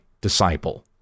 disciple